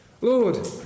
Lord